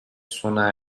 sona